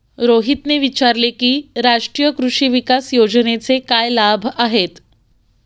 रोहितने विचारले की राष्ट्रीय कृषी विकास योजनेचे काय लाभ आहेत?